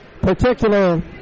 particular